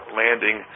landing